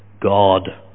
God